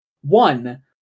One